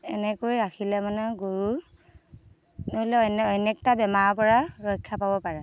এনেকৈ ৰাখিলে মানে গৰুৰ ধৰি লওক অনেকটা বেমাৰৰ পৰা ৰক্ষা পাব পাৰে